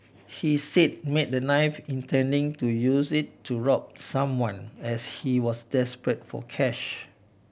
he said made the knife intending to use it to rob someone as he was desperate for cash